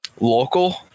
local